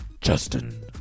Justin